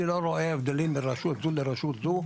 אני לא רואה הבדלים בין רשות זו לרשות זו,